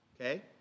Okay